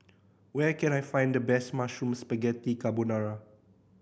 where can I find the best Mushroom Spaghetti Carbonara